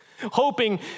hoping